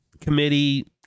Committee